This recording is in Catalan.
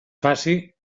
faci